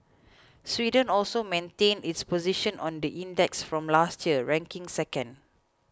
Sweden also maintained its position on the index from last year ranking second